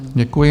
Děkuji.